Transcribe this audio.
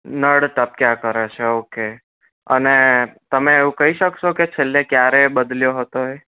નળ ટપકયા કરે છે ઓકે અને તમે એવું કહી શકશો કે છેલ્લે ક્યારે બદલ્યો હતો એ